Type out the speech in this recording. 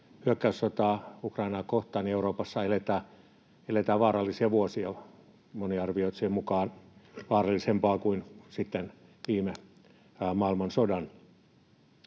hyökkäyssotaa Ukrainaa kohtaan, niin eletään vaarallisia vuosia, monien arvioitsijoiden mukaan vaarallisempia kuin sitten viime maailmansodan.